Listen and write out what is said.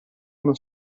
uno